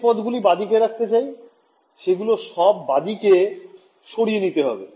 যে পদ্গুলি বাঁদিকে রাখতে চাই সেগুলো সব বাঁদিকে সরিয়ে নিতে হবে